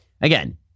again